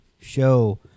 show